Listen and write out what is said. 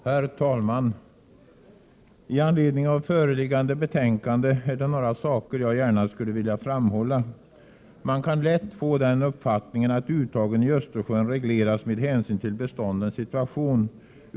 Herr talman! I anledning av föreliggande betänkande är det några saker jag gärna skulle vilja framhålla. Man kan lätt få den uppfattningen att uttagen i Östersjön regleras med hänsyn till beståndens situation.